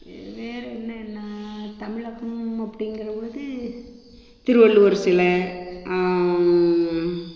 வேற என்னென்ன தமிழகம் அப்படிங்கற பொழுது திருவள்ளுவர் சிலை